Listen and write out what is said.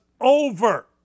over